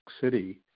city